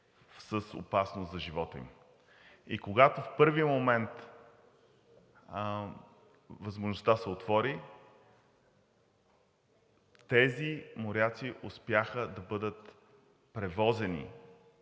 с опасност за живота им. Когато в първия момент възможността се отвори, тези моряци успяха да бъдат превозени